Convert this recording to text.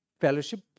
fellowship